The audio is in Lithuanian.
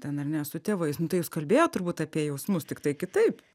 ten ar ne su tėvais nu tai jūs kalbėjot turbūt apie jausmus tiktai kitaip